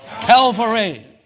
Calvary